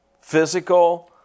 physical